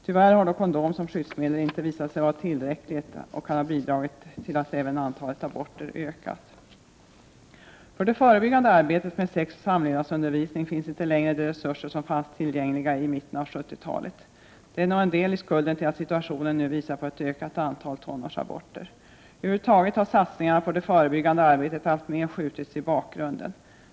Tyvärr har då kondom som skyddsmedel inte visat sig vara tillräckligt, och det kan även ha bidragit till att antalet aborter har ökat. För det förebyggande arbetet med sexoch samlevnadsundervisning finns inte längre de resurser som fanns tillgängliga i mitten av 70-talet. Det har nog en del i skulden till att situationen nu visar på ett ökat antal tonårsaborter. Över huvud taget har satsningarna på det förebyggande arbetet alltmer skjutits i bakgrunden.